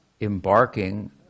embarking